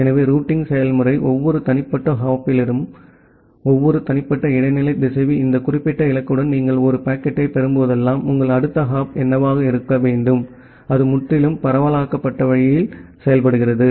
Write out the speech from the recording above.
எனவே ரூட்டிங் செயல்முறை ஒவ்வொரு தனிப்பட்ட ஹாப்பிலும் ஒவ்வொரு தனிப்பட்ட இடைநிலை திசைவி இந்த குறிப்பிட்ட இலக்குடன் நீங்கள் ஒரு பாக்கெட்டைப் பெறும்போதெல்லாம் உங்கள் அடுத்த ஹாப் என்னவாக இருக்க வேண்டும் அது முற்றிலும் பரவலாக்கப்பட்ட வழியில் செய்யப்படுகிறது